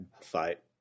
fight